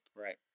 Right